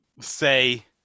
say